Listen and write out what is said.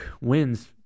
wins